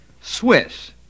Swiss